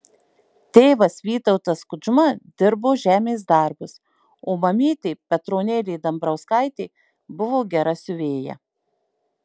tėvas vytautas kudžma dirbo žemės darbus o mamytė petronėlė dambrauskaitė buvo gera siuvėja